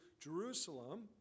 Jerusalem